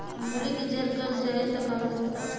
मूली के जर गल जाए त का करी?